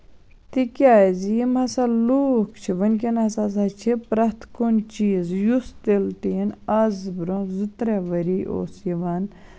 تکیازِ یِم ہسا لوٗکھ چھِ وٕنکینَس ہسا چھِ پرٮ۪تھ کُنہِ چیٖزٕ یُس تِلہٕ ٹیٖن آز برونہہ زٕ ترے ؤری اوس یِوان